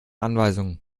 anweisung